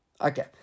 Okay